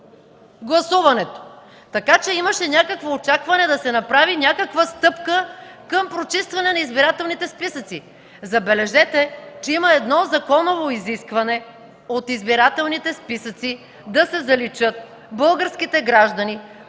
гласуването. Затова имаше очакване да се направи някаква стъпка към прочистване на избирателните списъци. Забележете, има законово изискване от избирателните списъци да се заличат българските граждани,